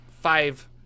five